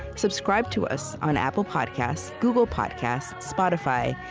subscribe to us on apple podcasts, google podcasts, spotify,